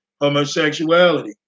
homosexuality